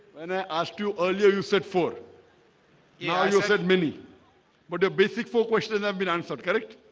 and i asked you earlier you said four yeah yo said many but the basic four questions and have been answered, correct?